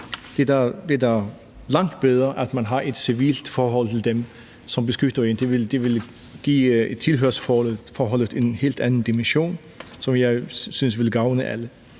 Det er da langt bedre, at man har et civilt forhold til dem, som beskytter en, da det vil give tilhørsforholdet en helt anden dimension, som jeg synes ville gavne alle.